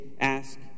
ask